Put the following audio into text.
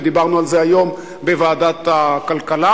ודיברנו על זה היום בוועדת הכלכלה,